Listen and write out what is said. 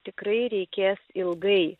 tikrai reikės ilgai